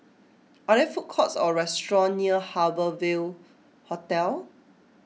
are there food courts or restaurants near Harbour Ville Hotel